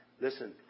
Listen